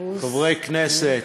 חברי כנסת,